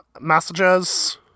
messages